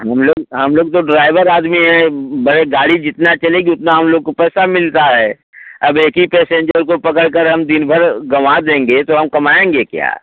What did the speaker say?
हम लोग हम लोग तो ड्राइवर आदमी हैं भई गाड़ी जितना चलेगी उतना हम लोग को पैसा मिलता है अब एक ही पैसेंजर को पकड़कर हम दिनभर गंवा देंगे तो हम कमाएंगे क्या